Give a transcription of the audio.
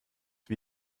wie